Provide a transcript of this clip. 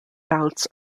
bouts